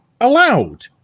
allowed